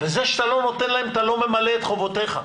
וזה שאתה לא נותן להם, אתה לא ממלא את חובותיך.